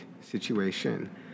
situation